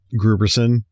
Gruberson